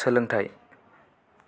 सोलोंथाय